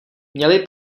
měly